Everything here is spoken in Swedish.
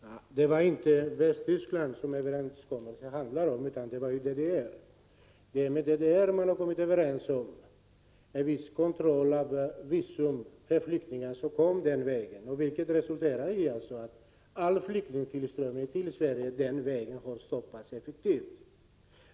Fru talman! Det var inte Västtyskland överenskommelsen handlade om utan DDR. Det är med DDR man kommit överens om en kontroll av visum för flyktingar som kommer den vägen. Detta har resulterat i att all flyktingtillströmning till Sverige den vägen har stoppats effektivt.